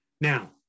Now